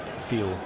feel